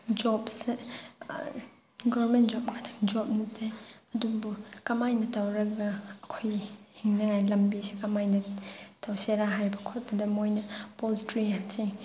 ꯖꯣꯞꯁꯦ government ꯖꯣꯞ ꯉꯥꯛꯇ ꯖꯣꯞ ꯅꯠꯇꯦ ꯑꯗꯨꯕꯨ ꯀꯃꯥꯏꯅ ꯇꯧꯔꯒ ꯑꯩꯈꯣꯏꯅ ꯍꯤꯡꯅꯉꯥꯏ ꯂꯝꯕꯤꯁꯦ ꯀꯃꯥꯏꯅ ꯇꯧꯁꯦꯔꯥ ꯍꯥꯏꯕ ꯈꯣꯠꯄꯗ ꯃꯣꯏꯅ ꯄꯣꯜꯇ꯭ꯔꯤ ꯍꯥꯏꯕꯁꯦ